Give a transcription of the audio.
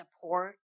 support